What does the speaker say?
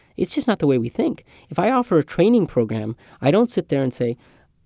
it's just not the way we think if i offer a training program, i don't sit there and say,